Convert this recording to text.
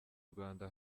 rwanda